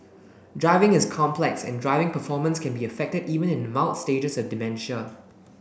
driving is complex and driving performance can be affected even in the mild stages of dementia